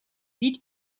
vite